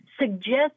suggest